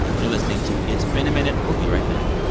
you're listening to it's been a minute. we'll be right back